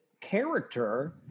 character